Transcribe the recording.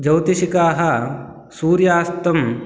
ज्यौतिषकाः सूर्यास्तं